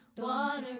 Water